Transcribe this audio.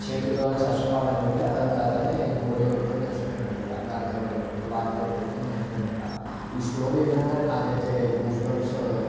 చేతుల్లోనే చచ్చిపోవాలని చెప్పి అతని కతనే గోలి కొట్టుకుని చచ్చిపోయిండు అంట ఇక గన్ తోటే తుపాకి తోటే కొట్టుకొని చనిపోయిండంట ఈ స్టోరీ వినగానే నాకైతే గూజ్బంప్స్